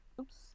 Oops